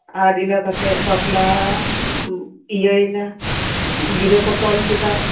ᱟᱨ ᱤᱱᱟᱹ ᱠᱟᱛᱮᱫ ᱵᱟᱯᱞᱟᱤᱭᱟᱹᱭ ᱱᱟ ᱜᱤᱨᱟᱹ ᱠᱚ ᱠᱮᱫᱟ